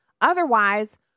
Otherwise